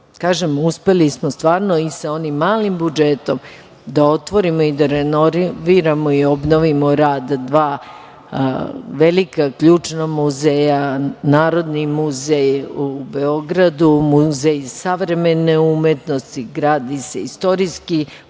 uspeli smo stvarno sa onim malim budžetom da otvorimo, da renoviramo i obnovimo rad dva velika, ključna muzeja, Narodni muzej u Beogradu, Muzej savremene umetnosti, gradi se istorijski,